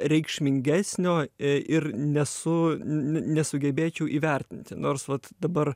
reikšmingesnio i ir nesu ne nesugebėčiau įvertinti nors vat dabar